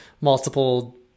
multiple